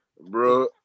Bro